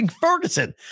ferguson